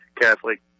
Catholic